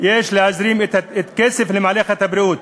יש להזרים כסף למערכת הבריאות.